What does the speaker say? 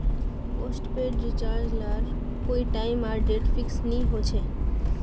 postpaid recharge लार कोए time आर डेट फिक्स नि होछे